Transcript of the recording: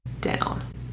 down